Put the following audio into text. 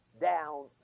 down